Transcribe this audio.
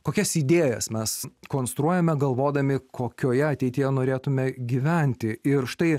kokias idėjas mes konstruojame galvodami kokioje ateityje norėtume gyventi ir štai